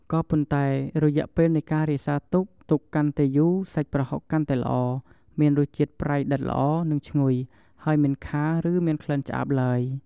ក៏ប៉ុន្តែរយៈពេលនៃការរក្សាទុក ទុកកាន់តែយូរ សាច់ប្រហុកកាន់តែល្អ មានរសជាតិប្រៃដិតល្អ និងឈ្ងុយ ហើយមិនខារ ឬមានក្លិនឆ្អាបឡើយ។